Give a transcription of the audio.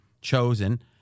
chosen